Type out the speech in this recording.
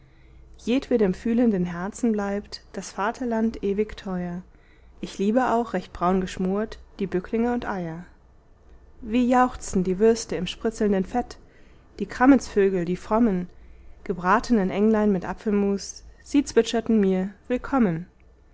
jedwedem fühlenden herzen bleibt das vaterland ewig teuer ich liebe auch recht braun geschmort die bücklinge und eier wie jauchzten die würste im spritzelnden fett die krammetsvögel die frommen gebratenen englein mit apfelmus sie zwitscherten mir willkommen